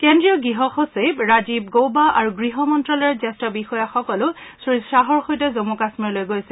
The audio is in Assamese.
কেন্দ্ৰীয় গৃহ সচিব ৰাজীব গৌবা আৰু গৃহমন্ত্ৰালয়ৰ জ্যেষ্ঠ বিষয়াসকলো শ্ৰী শ্বাহৰ সৈতে জন্মু কাশ্মীৰলৈ গৈছে